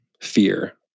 fear